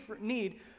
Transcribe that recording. need